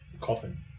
coffin